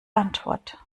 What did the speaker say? antwort